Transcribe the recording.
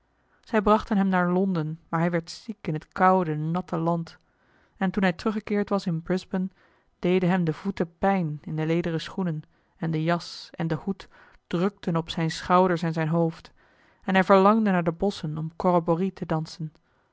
zij brachten hem naar londen maar hij werd ziek in het koude natte land en toen hij teruggekeerd was in brisbane deden hem de voeten pijn in de lederen schoenen en de jas en de hoed drukten op zijne schouders en zijn hoofd en hij verlangde naar de bosschen om corroborrie te dansen